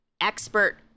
expert